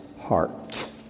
heart